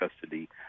custody